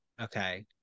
Okay